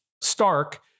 stark